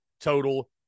total